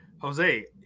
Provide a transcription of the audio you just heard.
jose